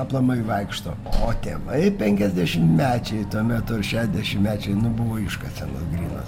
aplamai vaikšto o tėvai penkiasdešimtmečiai to metu šešiasdešimečiai nu buvo iškasenos grynos